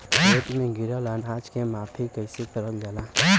खेत में गिरल अनाज के माफ़ी कईसे करल जाला?